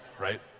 right